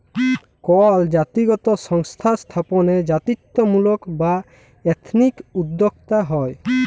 call জাতিগত সংস্থা স্থাপনে জাতিত্বমূলক বা এথনিক উদ্যক্তা হ্যয়